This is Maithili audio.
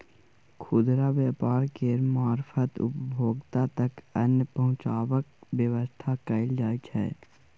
खुदरा व्यापार केर मारफत उपभोक्ता तक अन्न पहुंचेबाक बेबस्था कएल जाइ छै